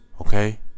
Okay